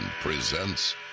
presents